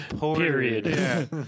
Period